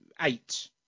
eight